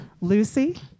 Lucy